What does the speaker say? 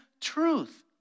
truth